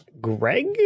Greg